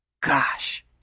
Gosh